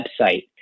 website